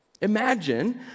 Imagine